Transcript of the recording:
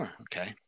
okay